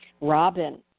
Robin